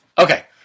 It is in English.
okay